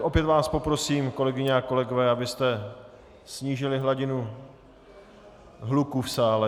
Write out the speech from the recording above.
Opět vás poprosím, kolegyně a kolegové, abyste snížili hladinu hluku v sále.